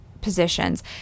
positions